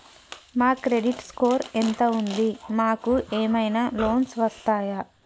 మా credit score ఎంత ఉంది? మాకు ఏమైనా లోన్స్ వస్తయా?